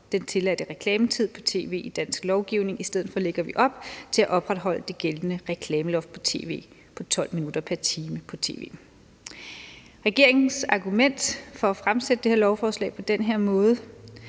den tilladte reklametid på tv i dansk lovgivning. I stedet for lægger vi op til at opretholde det gældende reklameloft for tv på 12 minutter pr. time. Regeringens argument for at fremsætte det her lovforslag på den her måde